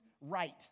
right